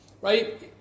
Right